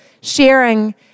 sharing